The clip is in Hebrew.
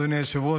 אדוני היושב-ראש,